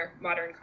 modern